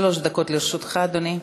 שלוש דקות לרשותך, אדוני.